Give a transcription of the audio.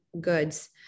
Goods